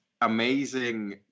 amazing